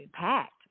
packed